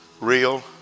real